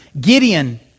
Gideon